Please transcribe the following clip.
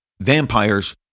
vampires